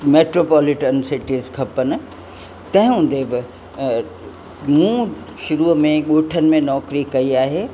metropolitan cities खपनि तंहिं हूंदे बि मूं शरूअ में ॻोठनि में नौकरी कई आहे